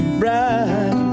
bright